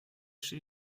she